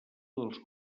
dels